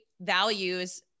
values